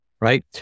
Right